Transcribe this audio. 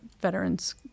veterans